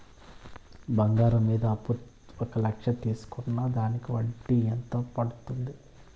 బంగారం మీద అప్పు ఒక లక్ష తీసుకున్న దానికి వడ్డీ ఎంత పడ్తుంది?